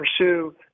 pursue